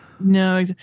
No